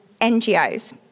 NGOs